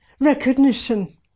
recognition